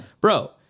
Bro